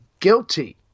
guilty